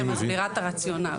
אני רק מסבירה את הרציונל.